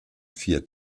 vier